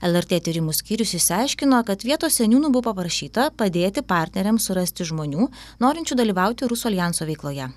lrt tyrimų skyrius išsiaiškino kad vietos seniūnų buvo paprašyta padėti partneriams surasti žmonių norinčių dalyvauti rusų aljanso veikloje